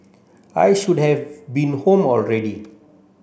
I should have been home already